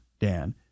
Dan